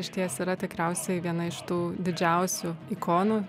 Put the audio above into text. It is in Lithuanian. išties yra tikriausiai viena iš tų didžiausių ikonų